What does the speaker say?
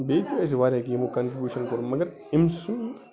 بیٚیہِ تہِ ٲسۍ واریاہ یِمَو کٹنٛربیٛوٗشَن کوٚر مگر أمۍ سُنٛد